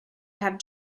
have